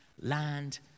Land